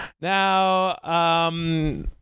now